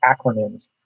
acronyms